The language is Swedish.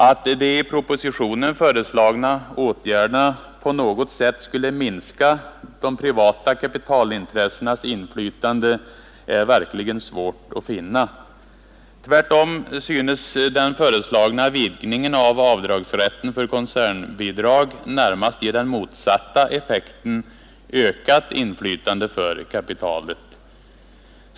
Att de i propositionen föreslagna åtgärderna på något sätt skulle minska de privata kapitalintressenas inflytande är verkligen svårt att finna. Tvärtom synes den föreslagna vidgningen av avdragsrätten för koncernbidrag närmast ge den motsatta effekten: ökat inflytande för kapitalet.